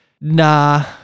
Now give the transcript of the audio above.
nah